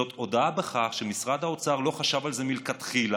זאת הודאה בכך שמשרד האוצר לא חשב על זה מלכתחילה,